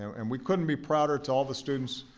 and we couldn't be prouder. to all the students,